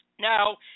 Now